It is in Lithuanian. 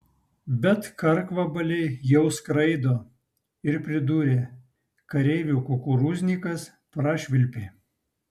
bet karkvabaliai jau skraido ir pridūrė kareivių kukurūznikas prašvilpė